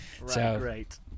right